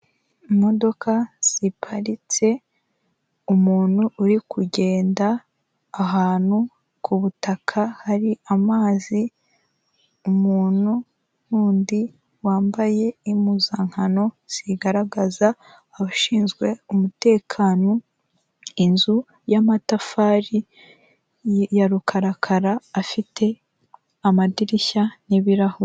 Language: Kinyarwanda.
Imodoka ziparitse umuntu uri kugenda ahantu ku butaka hari amazi, umuntu w'undi wambaye impuzankano zigaragaza abashinzwe umutekano, inzu y'amatafari ya rukarakara afite amadirishya n'ibirahure.